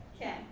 Okay